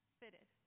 fitted